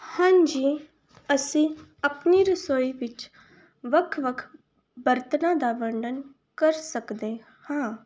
ਹਾਂਜੀ ਅਸੀਂ ਆਪਣੀ ਰਸੋਈ ਵਿੱਚ ਵੱਖ ਵੱਖ ਬਰਤਨਾਂ ਦਾ ਵਰਣਨ ਕਰ ਸਕਦੇ ਹਾਂ